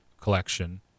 collection